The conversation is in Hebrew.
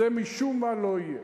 זה משום מה לא יהיה,